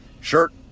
shirt